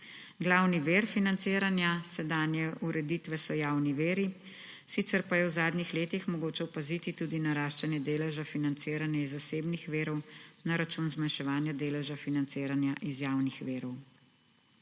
Glavni vir financiranja sedanje ureditve so javni viri, sicer pa je v zadnjih letih mogoče opaziti tudi naraščanje deleža financiranja iz zasebnih virov na račun zmanjševanja deleža financiranja iz javnih virov.